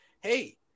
hey